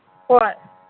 ꯍꯣꯏ